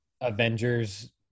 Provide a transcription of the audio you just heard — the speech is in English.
Avengers